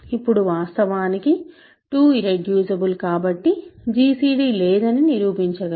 ఇప్పుడు వాస్తవానికి 2 ఇర్రెడ్యూసిబుల్ కాబట్టి జిసిడి లేదని మీరు చూపించగలరు